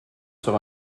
sur